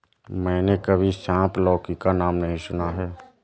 मैंने कभी सांप लौकी का नाम नहीं सुना है